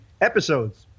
episodes